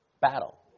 battle